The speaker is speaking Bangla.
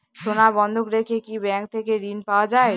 সোনা বন্ধক রেখে কি ব্যাংক থেকে ঋণ পাওয়া য়ায়?